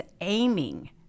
aiming